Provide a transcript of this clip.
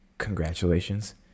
Congratulations